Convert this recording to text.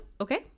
okay